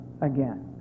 again